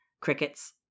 crickets